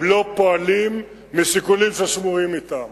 הם לא פועלים משיקולים ששמורים אתם,